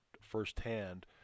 firsthand